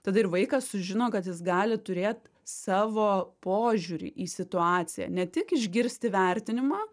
tada ir vaikas sužino kad jis gali turėt savo požiūrį į situaciją ne tik išgirsti vertinimą